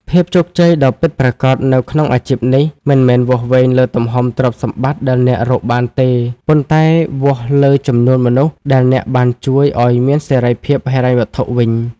ភាពជោគជ័យដ៏ពិតប្រាកដនៅក្នុងអាជីពនេះមិនមែនវាស់វែងលើទំហំទ្រព្យសម្បត្តិដែលអ្នករកបានទេ ប៉ុន្តែវាស់លើចំនួនមនុស្សដែលអ្នកបានជួយឱ្យមានសេរីភាពហិរញ្ញវត្ថុវិញ។